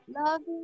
loving